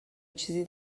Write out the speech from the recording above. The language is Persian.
چیزی